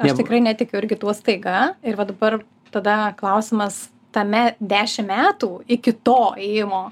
aš tikrai netikiu irgi tuo staiga ir va dabar tada klausimas tame dešim metų iki to ėjimo